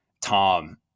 Tom